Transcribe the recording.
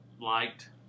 Liked